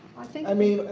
i think. i mean,